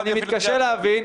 לא אמרתי את זה בקריאה טרומית.